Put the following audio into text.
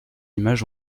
images